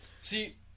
See